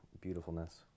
beautifulness